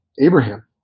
Abraham